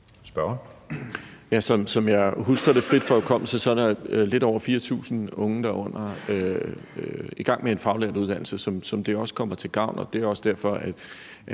Som jeg husker det frit fra hukommelsen, er der lidt over 4.000 unge i gang med en faglært uddannelse, som det også kommer til gavn.